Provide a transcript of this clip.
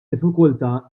diffikultà